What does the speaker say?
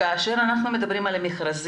דבר שני, כאשר אנחנו מדברים על מכרזים,